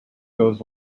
goes